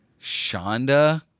Shonda